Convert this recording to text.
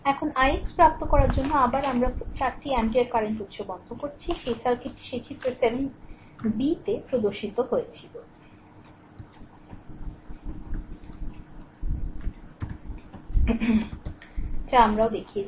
এখন ix প্রাপ্ত করার জন্য আবার আমরা 4 টি অ্যাম্পিয়ার কারেন্ট উৎস বন্ধ করে দিয়েছি সেই সার্কিটটি সেই চিত্র 7 b তে প্রদর্শিত হয়েছিল যা আমরাও দেখিয়েছি